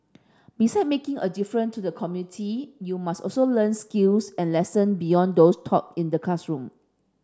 beside making a difference to the community you must also learn skills and lesson beyond those taught in the classroom